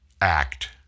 act